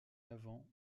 avant